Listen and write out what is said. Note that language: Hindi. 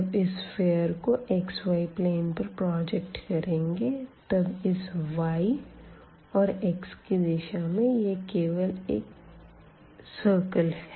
जब इस सफ़ियर को xyप्लेन पर प्रोजेक्ट करेंगे तब इस y और x की दिशा में यह केवल एक सिरकल है